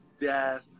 death